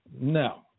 no